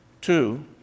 Two